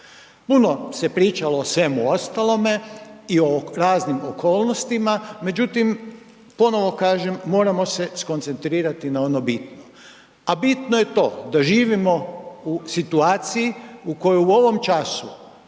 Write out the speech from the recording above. Puno se pričalo o svemu ostalome i o raznim okolnostima. Međutim, ponovo kažem, moramo se skoncentrirati na ono bitno, a bitno je to da živimo u situaciji u kojoj u ovom času